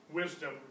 wisdom